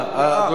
אדוני,